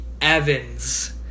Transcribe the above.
Evans